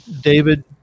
David